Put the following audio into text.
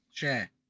Share